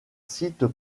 site